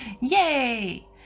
yay